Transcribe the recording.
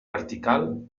vertical